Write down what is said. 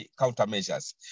countermeasures